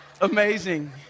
amazing